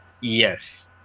Yes